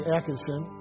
Atkinson